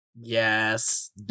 Yes